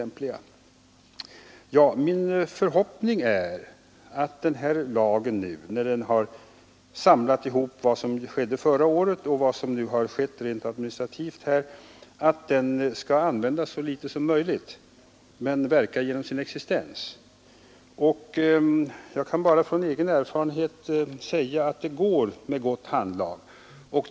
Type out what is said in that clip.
Min förhoppning är att den här lagen nu, när den blivit fullbordad, skall användas så litet som möjligt men verka genom sin existens. Jag kan bara från egen erfarenhet säga att det går med gott handlag.